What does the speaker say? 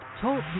Talk